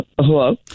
Hello